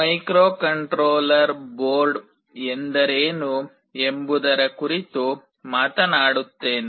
microcontroller board ಎಂದರೇನು ಎಂಬುದರ ಕುರಿತು ಮಾತನಾಡುತ್ತೇನೆ